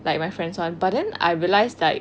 like my friends [one] but then I realise like